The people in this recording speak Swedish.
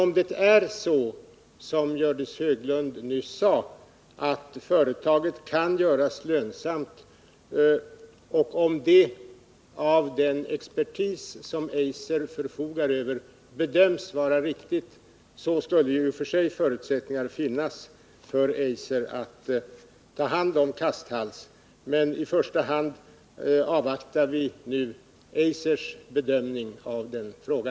Men om, som Gördis Hörnlund nyss sade, företaget kan göras lönsamt och om detta av Eisers expertis bedöms vara riktigt, skulle det i och för sig finnas förutsättningar för Eiser att ta hand om Kasthalls. Men i första hand avvaktar vi nu Eisers bedömning av denna fråga.